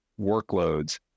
workloads